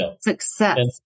Success